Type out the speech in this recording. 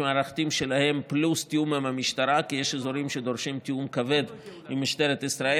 וממש שעות ספורות לפני,